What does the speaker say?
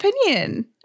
opinion